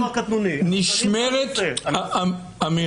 נשמרת, אמיר.